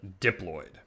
diploid